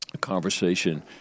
conversation